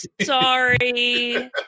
sorry